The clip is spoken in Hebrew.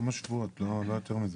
כמה שבועות, לא יותר מזה.